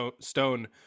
stone